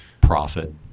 profit